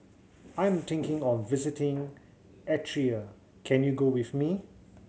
I'm thinking of visiting Eritrea can you go with me